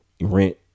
rent